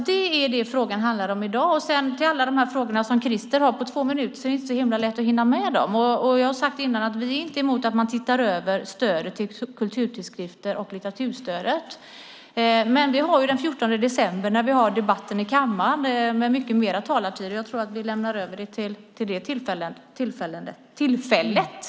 Det är det som frågan handlar om i dag. Sedan är det inte så lätt att på två minuter hinna besvara Christer Nylanders alla frågor. Jag har tidigare sagt att vi inte är emot att man ser över litteraturstödet och stödet till kulturtidsskrifter. Men den 14 december har vi debatt i kammaren om detta, och då har vi mycket mer talartid. Jag tror därför att vi tar upp detta då.